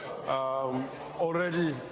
Already